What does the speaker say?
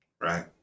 Right